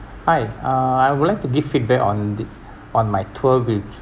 hi uh I would like to give feedback on the on my tour which